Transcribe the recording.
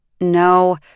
No